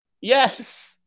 Yes